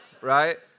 right